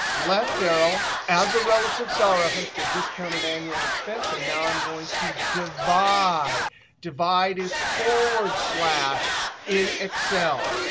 left arrow, as a relative cell reference the discounted annual expense. and now, i'm going to divide divide is forward slash in excel.